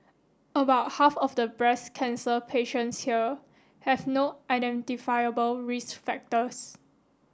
about half of the breast cancer patients here have no identifiable risk factors